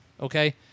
Okay